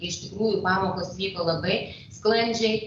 iš tikrųjų pamokos vyko labai sklandžiai